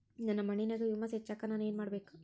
ನನ್ನ ಮಣ್ಣಿನ್ಯಾಗ್ ಹುಮ್ಯೂಸ್ ಹೆಚ್ಚಾಕ್ ನಾನ್ ಏನು ಮಾಡ್ಬೇಕ್?